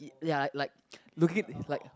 y~ ya like look it like